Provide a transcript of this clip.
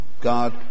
God